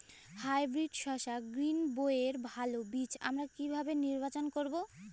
Hybrid শসা গ্রীনবইয়ের ভালো বীজ আমরা কিভাবে নির্বাচন করব?